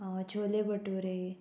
chole bhature